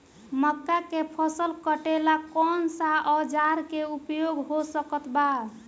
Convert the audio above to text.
मक्का के फसल कटेला कौन सा औजार के उपयोग हो सकत बा?